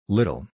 Little